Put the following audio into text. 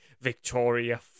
Victoria